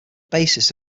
bassist